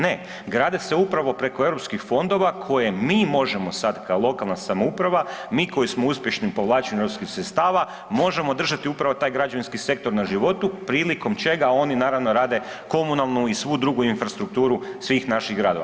Ne, grade se upravo preko EU fondove koje mi možemo sad kao lokalna samouprava, mi koji smo uspješni u povlačenu EU sredstava možemo držati upravo taj građevinski sektor na životu prilikom čega oni naravno, rade komunalnu i svu drugu infrastrukturu svih naših gradova.